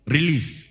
Release